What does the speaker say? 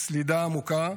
סלידה עמוקה,